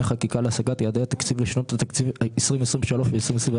חקיקה להשגת יעדי התקציב לשנות התקציב 2023 ו-2024),